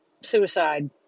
suicide